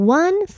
one